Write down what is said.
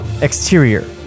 Exterior